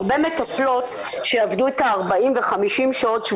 הרבה מטפלות שעבדו את ה-40 ו-50 שעות,